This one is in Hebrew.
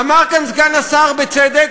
אמר כאן סגן השר בצדק,